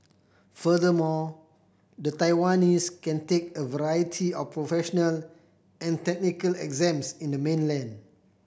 furthermore the Taiwanese can take a variety of professional and technical exams in the mainland